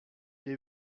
est